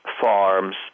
farms